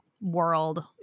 world